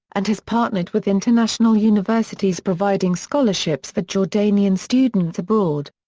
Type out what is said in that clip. and has partnered with international universities providing scholarships for jordanian students abroad.